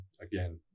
again